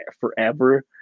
forever